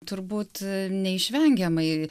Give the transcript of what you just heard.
turbūt neišvengiamai